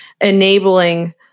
enabling